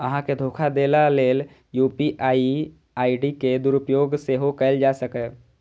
अहां के धोखा देबा लेल यू.पी.आई आई.डी के दुरुपयोग सेहो कैल जा सकैए